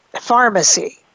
pharmacy